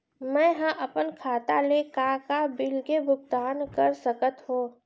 मैं ह अपन खाता ले का का बिल के भुगतान कर सकत हो